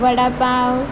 vada pav